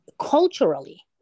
culturally